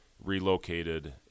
relocated